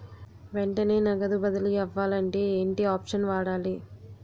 వెంటనే నగదు బదిలీ అవ్వాలంటే ఏంటి ఆప్షన్ వాడాలి?